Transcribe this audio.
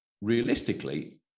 realistically